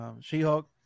She-Hulk